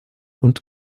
und